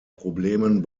problemen